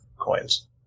coins